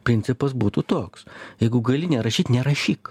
principas būtų toks jeigu gali nerašyt nerašyk